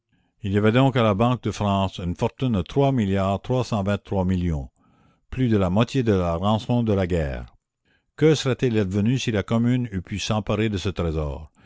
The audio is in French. il y avait donc à la banque de france une fortune de trois milliards trois cent vingt-trois millions plus de la moitié de la rançon de la guerre que serait-il advenu si la commune eût pu s'emparer de ce trésor